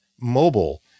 mobile